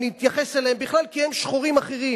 נתייחס אליהם בכלל, כי הם שחורים אחרים.